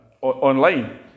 online